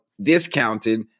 discounted